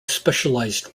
specialized